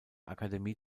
akademie